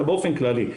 אלא באופן כללי.